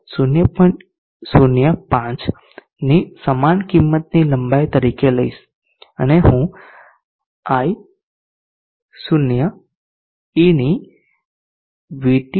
05 ની સમાન કિંમતની લંબાઈ તરીકે લઈશ અને હું - I0e VT 0